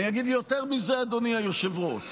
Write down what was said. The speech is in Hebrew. אני אגיד יותר מזה, אדוני היושב-ראש: